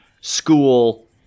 school